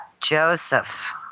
Joseph